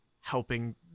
helping